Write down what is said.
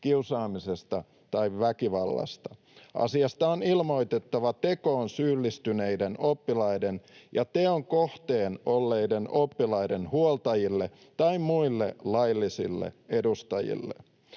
kiusaamisesta tai väkivallasta. Asiasta on ilmoitettava tekoon syyllistyneiden oppilaiden ja teon kohteena olleiden oppilaiden huoltajille tai muille laillisille edustajille.